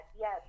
yes